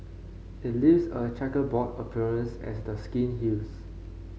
it leaves a chequerboard appearance as the skin heals